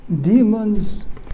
demons